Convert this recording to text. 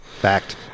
fact